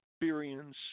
experience